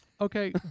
Okay